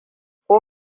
ko